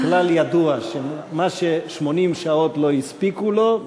זה כלל ידוע שמה ש-80 שעות לא הספיקו לו,